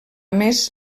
més